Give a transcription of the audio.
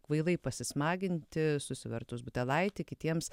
kvailai pasismaginti susivertus butelaitį kitiems